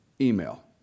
email